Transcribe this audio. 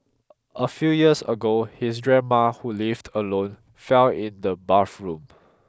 a few years ago his grandmother who lived alone fell in the bathroom